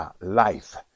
life